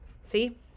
See